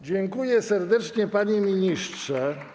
Dziękuję serdecznie, panie ministrze.